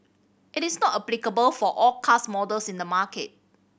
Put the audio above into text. it is not applicable for all cars models in the market